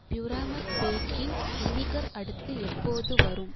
பியூராமேட் baking vinegar அடுத்து எப்போது வரும்